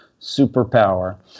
superpower